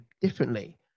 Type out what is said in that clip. differently